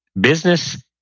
business